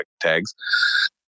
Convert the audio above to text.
tags